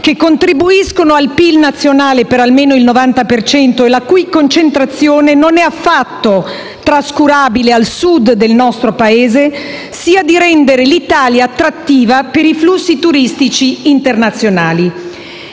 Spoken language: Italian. che contribuiscono al PIL nazionale per almeno il 90 per cento e la cui concentrazione non è affatto trascurabile al Sud del nostro Paese, sia di rendere l'Italia attrattiva per i flussi turistici internazionali.